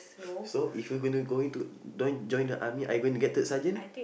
so if you are gonna go in to join join the army are you going to get third sergeant